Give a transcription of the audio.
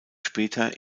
später